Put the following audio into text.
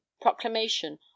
proclamation